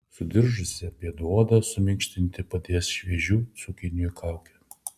sudiržusią pėdų odą suminkštinti padės šviežių cukinijų kaukė